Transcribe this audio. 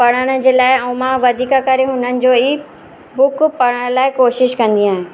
पढण जे लाइ अऊं मां वधीक करे हुननि जो ई बुक पढ़ण लाइ कोशिश कंदी आहियां